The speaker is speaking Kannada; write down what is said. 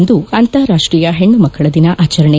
ಇಂದು ಅಂತಾರಾಷ್ಟೀಯ ಪೆಣ್ಣುಮಕ್ಕಳ ದಿನ ಆಚರಣೆ